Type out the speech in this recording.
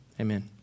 Amen